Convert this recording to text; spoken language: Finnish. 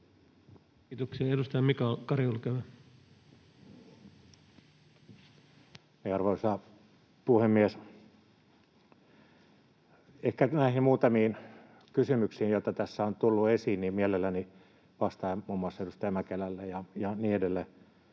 Kiitoksia. — Edustaja Mika Kari, olkaa hyvä. Arvoisa puhemies! Ehkä näihin muutamiin kysymyksiin, joita tässä on tullut esiin, mielelläni vastaan, muun muassa edustaja Mäkelälle ja niin edelleen.